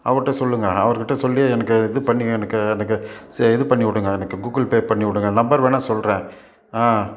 அவுர்கிட்ட சொல்லுங்க அவருகிட்ட சொல்லி எனக்கு இது பண்ணி எனக்கு எனக்கு சே இது பண்ணிவிடுங்க எனக்கு கூகுள் பே பண்ணிவிடுங்க நம்பர் வேணால் சொல்கிறேன் ஆ